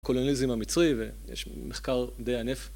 קולוניאליזם המצרי ויש מחקר די ענף.